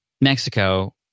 Mexico